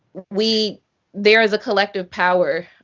we there is a collective power,